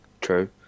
True